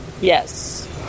Yes